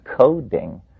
coding